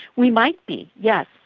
we might be, yes.